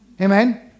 Amen